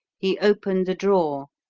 he opened the drawer,